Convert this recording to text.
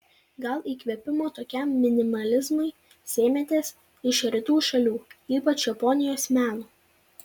gal įkvėpimo tokiam minimalizmui sėmėtės iš rytų šalių ypač japonijos meno